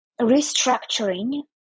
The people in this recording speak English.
restructuring